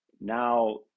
now